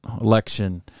election